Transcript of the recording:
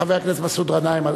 חבר הכנסת מסעוד גנאים.